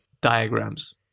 diagrams